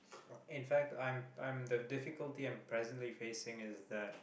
or in fact I'm I'm the difficulty I'm presently facing is that